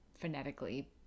phonetically